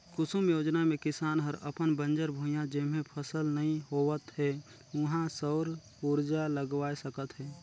कुसुम योजना मे किसान हर अपन बंजर भुइयां जेम्हे फसल नइ होवत हे उहां सउर उरजा लगवाये सकत हे